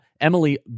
Emily